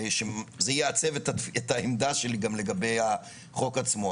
זה יעצב את העמדה שלי גם לגבי החוק עצמו.